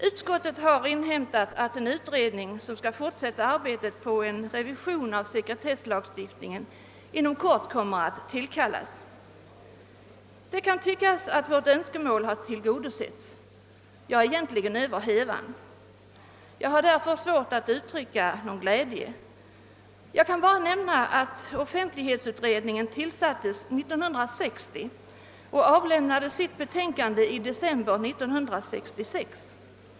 Utskottet har inhämtat att en utredning, som skall fortsätta arbetet på en revision av sekretesslagstiftningen, inom kort kommer att tillkallas. Det kan tyckas att vårt önskemål därigenom har tillgodosetts över hövan. Jag har emellertid svårt att uttrycka någon glädje häröver. Jag vill bara nämna att offentlighetsutredningen tillsattes år 1960 och avlämnade sitt betänkande i december 1966.